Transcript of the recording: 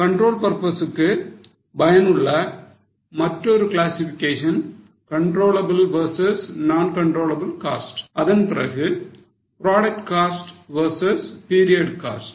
control purpose க்கு பயனுள்ள மற்றொரு classification controllable versus non controllable cost அதன் பிறகு product costs versus period costs